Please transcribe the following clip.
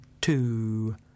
two